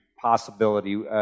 possibility